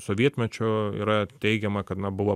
sovietmečiu yra teigiama kad na buvo